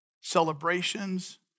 celebrations